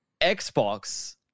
Xbox